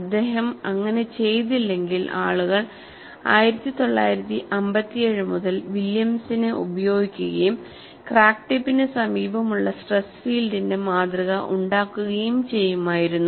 അദ്ദേഹം അങ്ങനെ ചെയ്തില്ലെങ്കിൽ ആളുകൾ 1957 മുതൽ വില്യംസിനെ ഉപയോഗിക്കുകയും ക്രാക്ക് ടിപ്പിന് സമീപമുള്ള സ്ട്രെസ് ഫീൽഡിന്റെ മാതൃക ഉണ്ടാക്കുകയും ചെയ്യുമായിരുന്നു